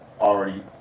already